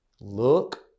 look